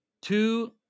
Two